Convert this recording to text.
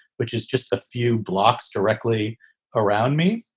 which is just a few blocks directly around me.